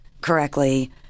correctly